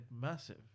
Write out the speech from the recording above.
massive